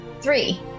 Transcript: Three